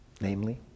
namely